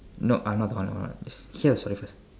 nope I'm not the one hear my story first